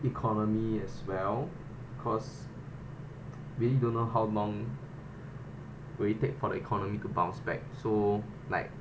economy as well cause really don't know how long will it take for the economy could bounce back so like